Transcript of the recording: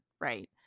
Right